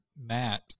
Matt